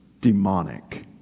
Demonic